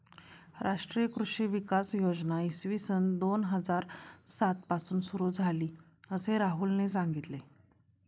राष्ट्रीय कृषी विकास योजना इसवी सन दोन हजार सात पासून सुरू झाली, असे राहुलने सांगितले